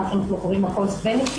מה שאנחנו קוראים העלות-תועלת,